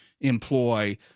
employ